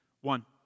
One